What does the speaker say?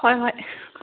ꯍꯣꯏ ꯍꯣꯏ